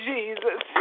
Jesus